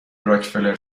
راکفلر